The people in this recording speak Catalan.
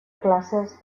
classes